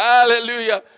Hallelujah